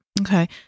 Okay